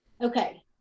okay